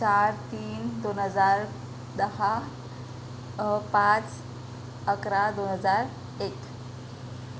चार तीन दोन हजार दहा पाच अकरा दोन हजार एक